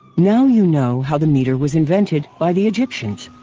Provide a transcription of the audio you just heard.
now you know how the meter was invented by the egyptians.